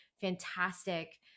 fantastic